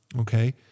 okay